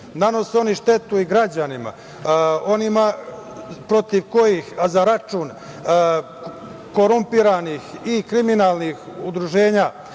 Nanose oni štetu i građanima, onima protiv kojih, a za račun korumpiranih i kriminalnih udruženja